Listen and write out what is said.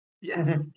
Yes